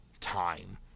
time